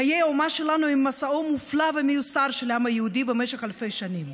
חיי האומה שלנו הם מסעו המופלא והמיוסר של העם היהודי במשך אלפי שנים.